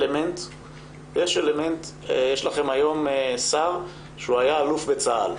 יש לכם היום שר שהיה אלוף בצה"ל,